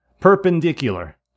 perpendicular